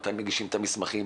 מתי מגישים את המסמכים,